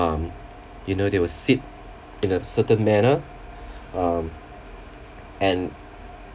um you know they will sit in a certain manner um and